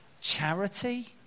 Charity